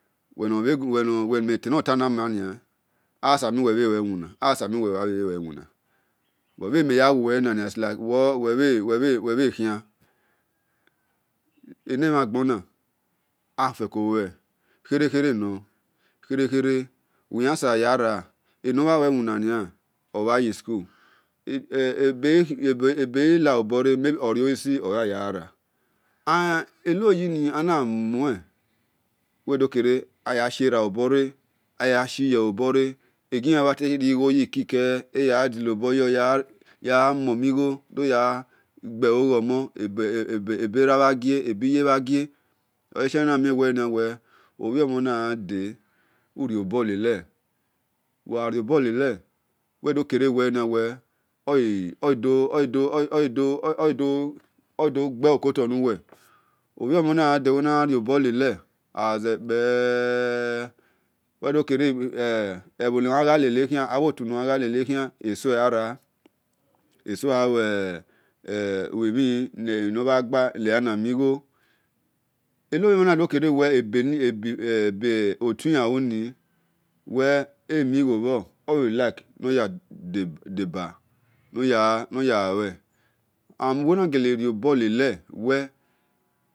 Uwe himhe tenota na maho a asabor mien uwe lue iwina asobor mien uwe mhan lue iwina, bheni mhe yaguwe nia is like whebhe khian, ene mhan gbonia afekolue kerei-kere no uwi yagara enemhan laewinia ni emhanyi school osisi oleyanyan ghara and, oni yini, enol muen eya shiera obore, eyashi uye obore igiyan mhen te rinighoyi keke, eya dilo boyo, gagha mumi gho doya gbello gho omon ebera mhen gu gie, iye mhan gie iye mhan gie, ole shie obhiomen na ghe de uwi riobolele ogilodo obhiomon na gha de uwe mhana gbe lole-le ogha zekpe e ee, abhi otu nolahia gha le-le ego dogha ra esogha lue mhen nomhan gbe nekhiana bigho eno mhan nado kere we ebi otuyan luni emigha bhor obhe like onoya deboy an heya lue, and uwe na ghele riobohele we.